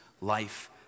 life